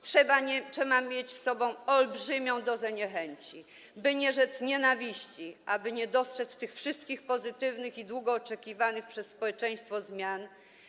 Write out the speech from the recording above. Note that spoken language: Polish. Trzeba mieć w sobie olbrzymią dozę niechęci, by nie rzec nienawiści, aby nie dostrzec tych wszystkich pozytywnych i długo oczekiwanych przez społeczeństwo zmian.